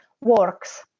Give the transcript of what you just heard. works